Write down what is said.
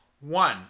One